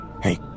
hey